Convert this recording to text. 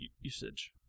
usage